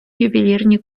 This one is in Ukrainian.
ювелірні